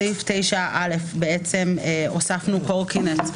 בסעיף 9א הוספנו קורקינט.